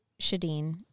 Shadeen